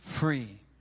free